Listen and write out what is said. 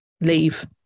leave